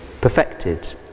perfected